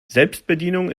selbstbedienung